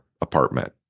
apartment